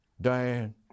Diane